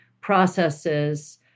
processes